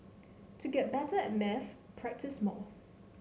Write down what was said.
to get better at maths practise more